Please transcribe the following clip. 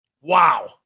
Wow